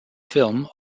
film